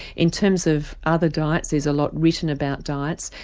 in terms of other diets there's a lot written about diets,